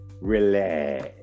relax